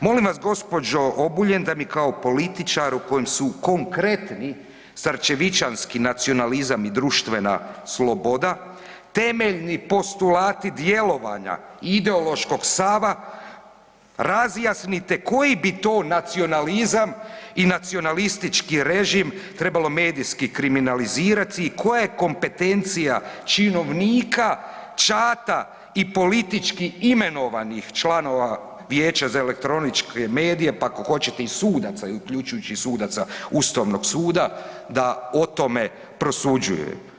Molim vas gospođo Obuljen da mi kao političar u kojem su konkretni starčevićanski nacionalizam i društvena sloboda temeljni postulati djelovanja i ideološkog stava razjasnite koji bi to nacionalizam i nacionalistički režim trebalo medijski kriminalizirati i koja je kompetencija činovnika čata i političkih imenovanih članova vijeća za elektroničke medije pa ako hoćete i sudaca uključujući sudaca Ustavnog suda da o tome prosuđuju.